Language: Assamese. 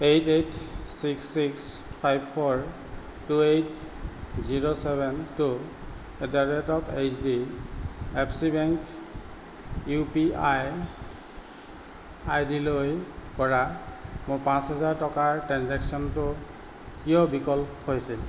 eight eight six six five four two eight zero seven two at the rate HDFC bank U P I আইডিলৈ কৰা মোৰ পাঁচ হাজাৰ টকাৰ ট্ৰেঞ্জেক্শ্য়নটো কিয় বিকল হৈছিল